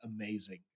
amazing